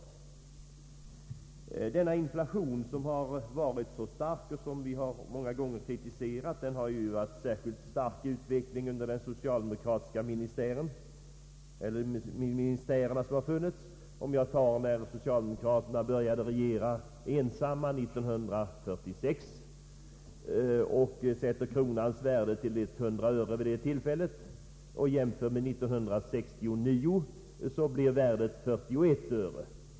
Denna inflation, som varit så stark och som vi många gånger kritiserat, har varit särskilt stark under de socialdemokratiska ministärerna. Om jag för 1946, när socialdemokraterna började regera ensamma, sätter kronans värde till 100 öre, och sedan jämför med 1969, finner jag att värdet blivit 41 öre.